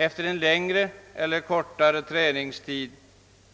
Efter en längre eller kortare träningstid